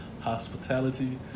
hospitality